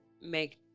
make